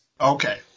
Okay